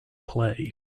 play